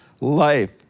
life